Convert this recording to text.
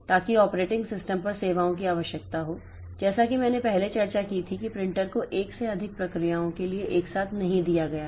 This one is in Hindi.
ताकि ऑपरेटिंग सिस्टम पर सेवाओं की आवश्यकता हो जैसा कि मैंने पहले चर्चा की थी कि प्रिंटर को एक से अधिक प्रक्रियाओं के लिए एक साथ नहीं दिया गया है